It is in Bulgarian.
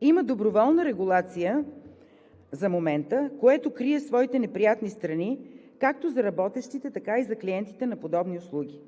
има доброволна регулация за момента, което крие своите неприятни страни, както за работещите, така и за клиентите на подобни услуги.